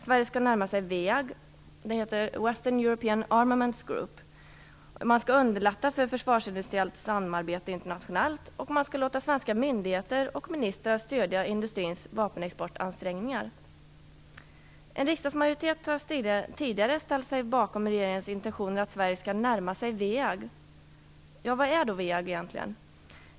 Sverige skall närma sig till WEAG, Western European Armaments Group, underlätta för försvarsindustriellt internationellt samarbete och man skall låta svenska myndigheter och ministrar stödja industrins vapenexportansträngningar. En riksdagsmajoritet har tidigare ställt sig bakom regeringens intentioner att Sverige skall "närma sig WEAG". Vad är då WEAG?